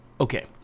Okay